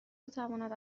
بتواند